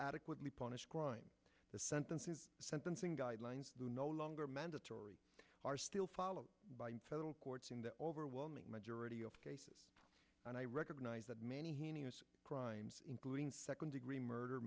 adequately punish crime sentences sentencing guidelines no longer mandatory are still followed by federal courts in the overwhelming majority of cases and i recognize that many crimes including second degree murder